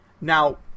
Now